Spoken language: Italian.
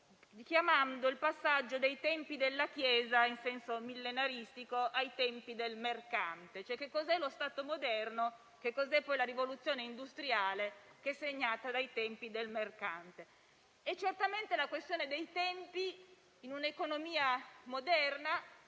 richiamando il passaggio dei tempi della Chiesa in senso millenaristico ai tempi del mercante: che cos'è lo Stato moderno e che cos'è poi la rivoluzione industriale che è segnata dai tempi del mercante. Certamente la questione dei tempi in un'economia moderna,